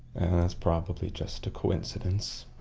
that's probably just a coincidence.